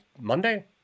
Monday